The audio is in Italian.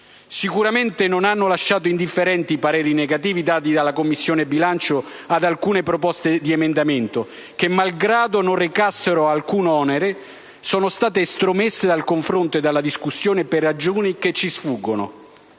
Sicuramente non hanno lasciato indifferenti i pareri negativi dati dalla Commissione bilancio ad alcune proposte di emendamento che, malgrado non recassero alcun onere, sono state estromesse dal confronto e dalla discussione per ragioni che ci sfuggono.